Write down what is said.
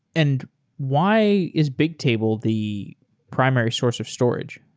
and why is bigtable the primary source of storage?